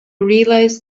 realized